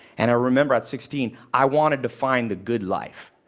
and i remember at sixteen, i wanted to find the good life.